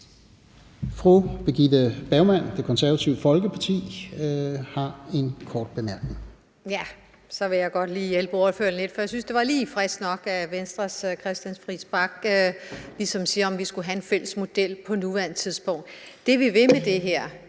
Fru Birgitte Bergman, Det Konservative Folkeparti, har en kort bemærkning.